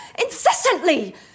incessantly